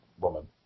woman